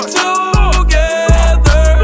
together